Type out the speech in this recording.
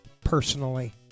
personally